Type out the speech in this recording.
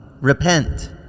Repent